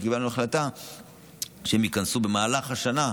שקיבלנו החלטה שייכנסו במהלך השנה,